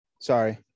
sorry